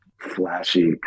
flashy